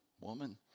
woman